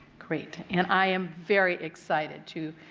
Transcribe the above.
great, and i am very excited to